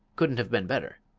couldn't have been better.